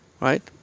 Right